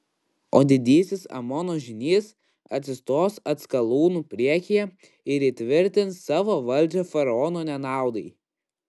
o didysis amono žynys atsistos atskalūnų priekyje ir įtvirtins savo valdžią faraono nenaudai